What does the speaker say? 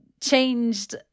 changed